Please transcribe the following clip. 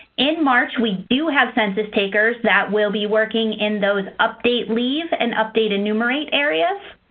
in march, we do have census takers that will be working in those update leave and update enumerate areas.